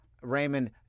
Raymond